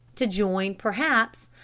to join, perhaps,